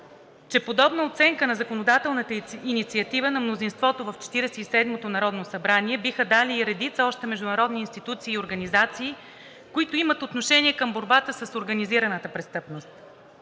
че подобна оценка на законодателната инициатива на мнозинството в Четиридесет и седмото народно събрание биха дали и редица още международни институции и организации, които имат отношение към борбата с организираната престъпност.